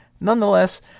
nonetheless